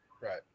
Right